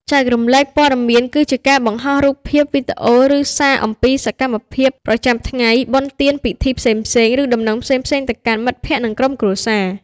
ចែករំលែកព័ត៌មាន គឺជាការបង្ហោះរូបភាព វីដេអូ ឬសារអំពីសកម្មភាពប្រចាំថ្ងៃ បុណ្យទាន ពិធីផ្សេងៗ ឬដំណឹងផ្សេងៗទៅកាន់មិត្តភក្តិ និងក្រុមគ្រួសារ។